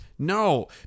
No